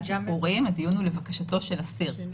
שחרורים הדיון הוא לבקשתו של אסיר.